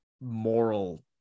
moral